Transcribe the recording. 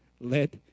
let